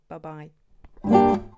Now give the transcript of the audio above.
Bye-bye